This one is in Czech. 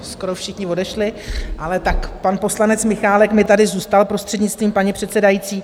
Skoro všichni odešli, ale tak pan poslanec Michálek mi tady zůstal, prostřednictvím paní předsedající.